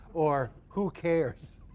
or who cares?